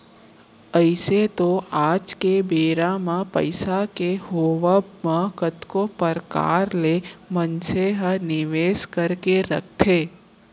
अइसे तो आज के बेरा म पइसा के होवब म कतको परकार ले मनसे ह निवेस करके रखथे